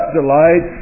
delight